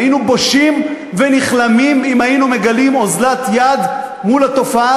היינו בושים ונכלמים אם היינו מגלים אוזלת יד מול התופעה